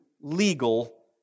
legal